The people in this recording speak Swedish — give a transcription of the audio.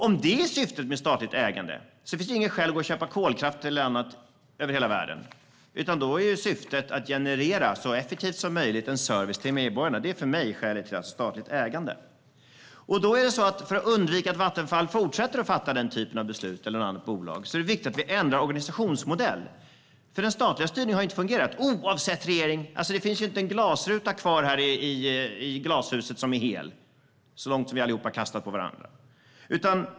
Om detta är syftet med statligt ägande finns det inga skäl att gå och köpa kolkraft eller annat över hela världen. Då är syftet att så effektivt som möjligt generera en service till medborgarna. Det är för mig skälet till statligt ägande. För att undvika att Vattenfall eller något annat bolag fortsätter att fatta denna typ av beslut är det viktigt att vi ändrar organisationsmodell. Den statliga styrningen har nämligen inte fungerat, oavsett regering. Det finns inte en glasruta kvar i glashuset som är hel efter att vi har kastat detta på varandra.